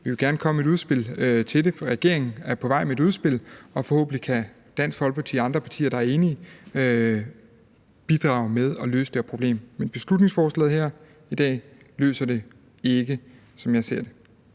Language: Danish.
vi vil gerne komme med et udspil til det. Regeringen er på vej med et udspil, og forhåbentlig kan Dansk Folkeparti og andre partier, der er enige, bidrage med at løse det her problem. Men beslutningsforslaget her i dag løser det ikke, som jeg ser det.